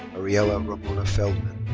arielle um ramona feldman.